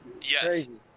Yes